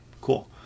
Cool